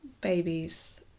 babies